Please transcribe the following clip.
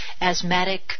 asthmatic